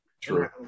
True